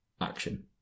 action